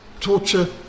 torture